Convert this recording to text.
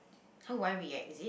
how would I react is it